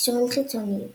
קישורים חיצוניים